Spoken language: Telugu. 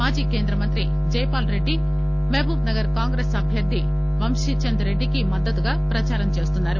మాజీ కేంద్రమంత్రి జైపాల్ రెడ్డి మహబూబ్ నగర్ కాంగ్రెస్ అభ్యర్ధి వంశీచంద్ రెడ్డికి మద్దతుగా ప్రదారం చేస్తున్నారు